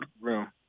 room